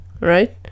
Right